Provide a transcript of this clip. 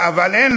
אבל אין,